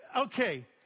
okay